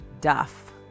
Duff